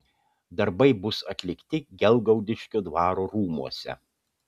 darbai bus atlikti gelgaudiškio dvaro rūmuose